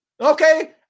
okay